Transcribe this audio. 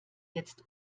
jetzt